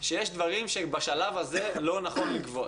שיש דברים שבשלב הזה לא נכון לגבות.